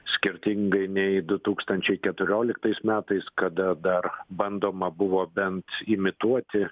skirtingai nei du tūkstančiai keturioliktais metais kada dar bandoma buvo bent imituoti